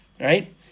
right